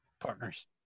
partners